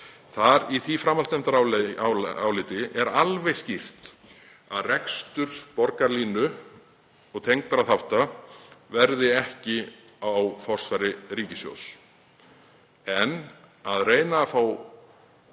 Í því framhaldsnefndaráliti er alveg skýrt að rekstur borgarlínu og tengdra þátta verður ekki á forsvari ríkissjóðs. En að reyna að fá